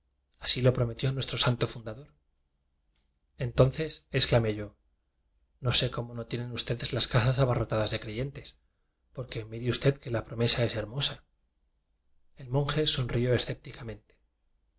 así lo pro metió nuestro santo fundador entonces exclamé yo no sé cómo no tienen uste des las casas abarrotadas de creyentes porque mire usted que la promesa es her mosa el monje sonrió